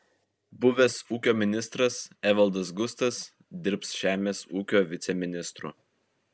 buvęs ūkio ministras evaldas gustas dirbs žemės ūkio viceministru